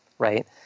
Right